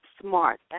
SMART